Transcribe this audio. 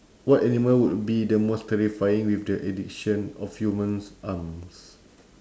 what animal would be the most terrifying with the addition of human arms